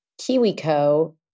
KiwiCo